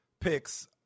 picks